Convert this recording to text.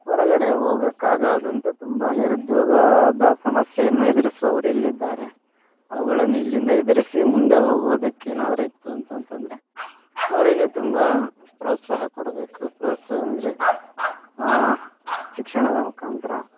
ಹೊರಗಡೆ ಹೋಗಕ್ಕಾಗದಂಥ ತುಂಬ ನಿರುದ್ಯೋಗ ದ ಸಮಸ್ಯೆಯನ್ನು ಎದುರಿಸುವವರು ಇಲ್ಲಿದ್ದಾರೆ ಅವುಗಳನ್ನು ಇಲ್ಲಿಂದ ಎದುರಿಸಿ ಮುಂದೆ ಹೋಗೋವುದಕ್ಕೆ ಏನಾದರು ಇತ್ತು ಅಂತಂತಂದರೆ ಅವರಿಗೆ ತುಂಬ ಪ್ರೋತ್ಸಹ ಕೊಡಬೇಕು ಪ್ರೋತ್ಸಾಹ ಅಂದರೆ ಶಿಕ್ಷಣದ ಮುಖಾಂತರ